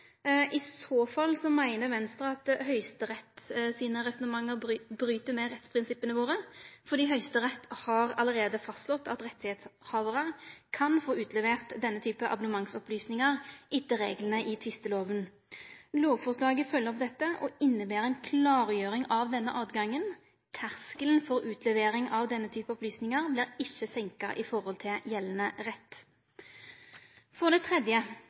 I så fall meiner Venstre at Høgsterett sine resonnement bryt med rettsprinsippa våre, fordi Høgsterett allereie har fastslege at rettshavarar kan få utlevert denne type abonnementsopplysingar etter reglane i tvistelova. Lovforslaget følgjer opp dette og inneber ei klargjering av denne åtgangen. Terskelen for utlevering av denne typen opplysingar vert ikkje senka i forhold til gjeldande rett. For det tredje